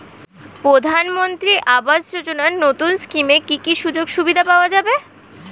প্রধানমন্ত্রী আবাস যোজনা নতুন স্কিমে কি কি সুযোগ সুবিধা পাওয়া যাবে?